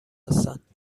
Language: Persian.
هستند